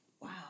wow